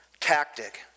tactic